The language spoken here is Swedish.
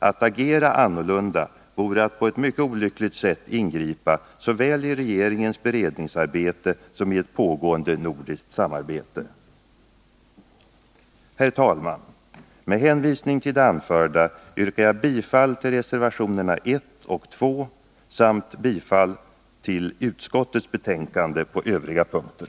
Att agera annorlunda vore att på ett mycket olyckligt sätt ingripa såväl i regeringens beredningsarbete som i ett pågående nordiskt samarbete. Herr talman! Med hänvisning till det anförda yrkar jag bifall till reservationerna 1 och 2 samt bifall till utskottets hemställan på övriga punkter.